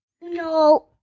No